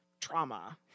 trauma